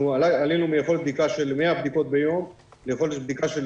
עלינו מיכולת בדיקה של 100 בדיקות ביום ליכולת בדיקה של